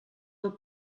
del